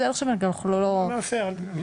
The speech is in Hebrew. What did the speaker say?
עכשיו ואנחנו גם לא -- אנחנו נעשה, אל תדאגי.